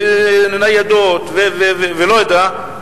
ניידות ואני לא יודע.